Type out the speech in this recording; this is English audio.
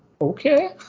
okay